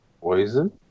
Poison